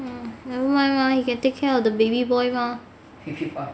nevermind mah he can take care of the baby boy mah